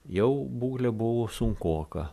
jau būklė buvo sunkoka